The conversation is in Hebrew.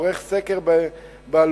עורך סקר בעלויות,